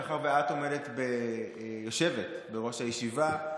מאחר שאת יושבת בראש הישיבה,